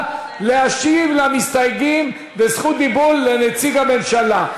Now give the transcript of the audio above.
להשיב למסתייגים בזכות דיבור לנציג הממשלה.